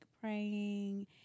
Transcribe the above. praying